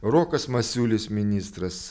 rokas masiulis ministras